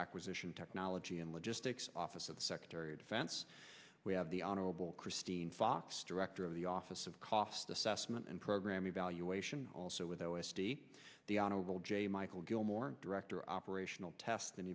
acquisition technology and logistics office of the secretary of defense we have the honorable christine fox director of the office of cost assess and program evaluation also with o s d the honorable j michael gilmore director operational test